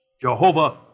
Jehovah